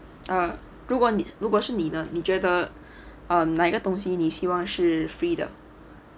err 如果你如果是你呢你觉得 um 哪一个东西你希望是 free 的